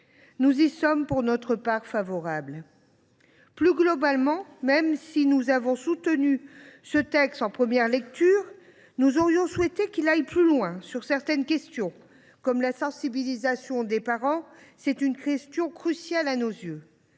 Nous y sommes, pour notre part, favorables. Plus globalement, même si nous avons soutenu ce texte en première lecture, nous aurions souhaité qu’il aille plus loin sur certains points, comme la sensibilisation des parents. C’est un sujet crucial à nos yeux.